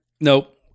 Nope